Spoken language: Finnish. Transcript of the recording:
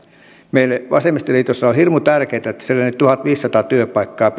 meille vasemmistoliitossa on hirmu tärkeätä että siellä ne tuhatviisisataa työpaikkaa